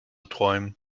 träumen